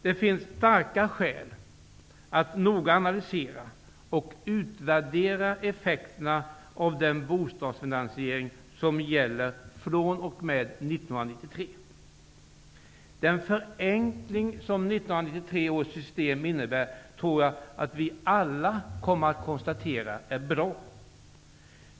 Det finns starka skäl att noga analysera och utvärdera effekterna av den bostadsfinansiering som gäller fr.o.m. 1993. Den förenkling som 1993 års system innebär tror jag att vi alla kan konstatera är bra.